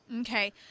Okay